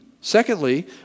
Secondly